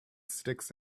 sticks